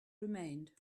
remained